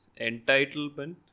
Entitlement